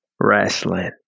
Wrestling